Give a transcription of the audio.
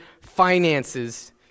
finances